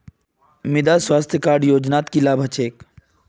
मृदा स्वास्थ्य कार्ड योजनात की लाभ ह छेक